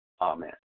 Amen